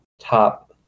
top